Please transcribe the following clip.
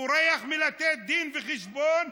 בורח מלתת דין וחשבון,